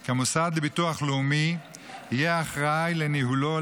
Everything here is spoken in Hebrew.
כי המוסד לביטוח לאומי יהיה אחראי לניהולו,